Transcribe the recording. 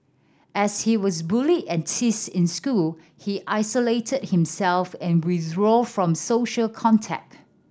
as he was bullied and teased in school he isolated himself and withdrew from social contact